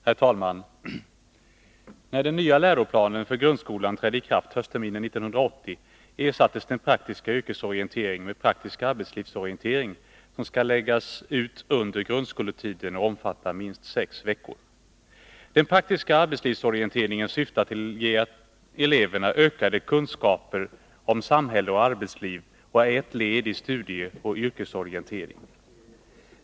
Herr talman! När den nya läroplanen för grundskolan trädde i kraft höstterminen 1980 ersattes den praktiska yrkesorienteringen med praktisk arbetslivsorientering, som skall läggas ut under grundskoletiden och omfatta minst sex veckor. Den praktiska arbetslivsorienteringen syftar till att ge eleverna ökade kunskaper om samhälle och arbetsliv och är ett led i studieoch yrkesorienteringen.